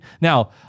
Now